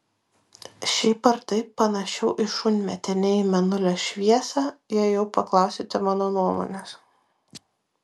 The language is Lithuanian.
šiaip ar taip panašiau į šunmėtę nei į mėnulio šviesą jei jau paklausite mano nuomonės